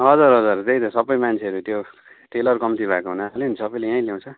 हजुर हजुर त्यही त सबै मान्छेहरूले त्यो टेलर कम्ती भएको हुनाले नि सबैले यहीँ ल्याउँछ